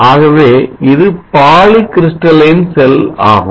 ஆகவே இது poly crystalline cell ஆகும்